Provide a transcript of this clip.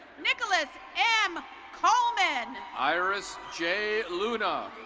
nicholas m coleman. iris j luna.